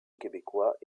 québécois